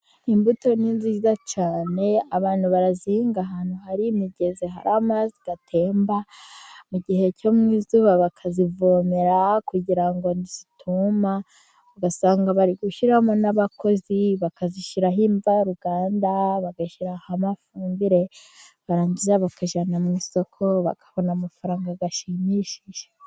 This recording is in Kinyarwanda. Imbuto ni nziza cyane. Abantu barazihinga ahantu hari imigezi, hari amazi atemba, mu gihe cyo mu izuba bakazivomera kugira ngo zituma, ugasanga bari gushyiramo n'abakozi bakazishyiraho imvaruganda, bagashyira hamwe amafumbire, barangiza bakajyana mu isoko bakabona amafaranga ashimishije.